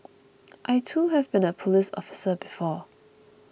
I too have been a police officer before